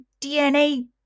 dna